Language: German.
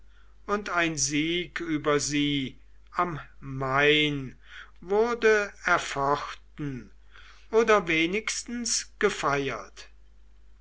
und ein sieg über sie am main wurde erfochten oder wenigstens gefeiert